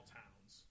towns